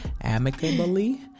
Amicably